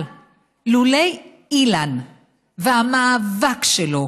אבל לולא אילן והמאבק שלו,